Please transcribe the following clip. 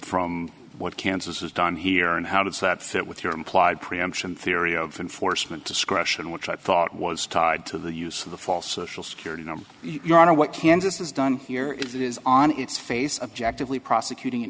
from what kansas has done here and how does that fit with your implied preemption theory of enforcement discretion which i thought was tied to the use of the fall social security number your honor what kansas has done here is that is on its face objective we prosecuting